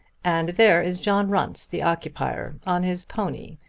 and there is john runce, the occupier, on his pony.